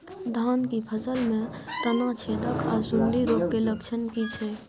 धान की फसल में तना छेदक आर सुंडी रोग के लक्षण की छै?